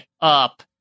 up